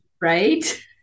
Right